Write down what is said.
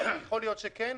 יכול להיות שכן,